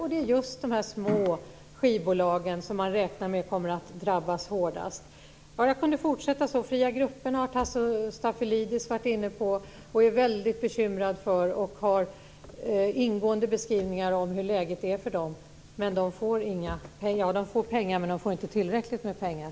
Och det är just de små skivbolagen som man räknar med kommer att drabbas hårdast. Jag skulle kunna fortsätta denna uppräkning. De fria grupperna har Tasso Stafilidis varit inne på, och han är väldigt bekymrad för dem och har ingående beskrivningar av hur läget är för dem. Men de får inte tillräckligt med pengar.